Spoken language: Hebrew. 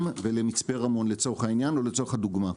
ולמצפה רמון לצורך העניין או לצורך הדוגמא,